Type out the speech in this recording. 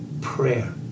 prayer